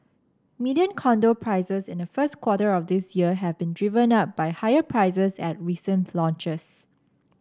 median condo prices in the first quarter of this year have been driven up by higher prices at recent launches